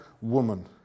woman